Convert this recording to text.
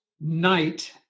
night